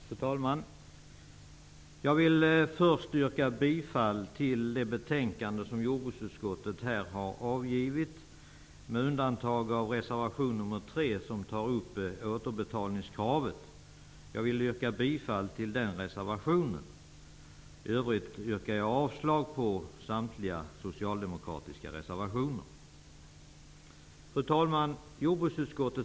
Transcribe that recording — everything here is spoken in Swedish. Fru talman! Jag vill först yrka bifall till jordbruksutskottets hemställan i det betänkande som vi nu behandlar, med undantag av det moment där återbetalningskravet behandlas. Jag yrkar där bifall till reservation nr 3. Jag yrkar också avslag på samtliga socialdemokratiska reservationer. Fru talman!